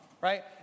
Right